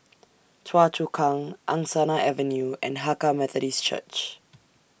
Choa Chu Kang Angsana Avenue and Hakka Methodist Church